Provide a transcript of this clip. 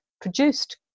produced